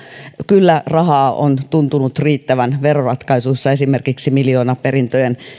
kyllä rahaa on tuntunut riittävän veroratkaisuissa esimerkiksi miljoonaperintöjen